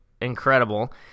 incredible